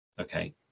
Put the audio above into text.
okay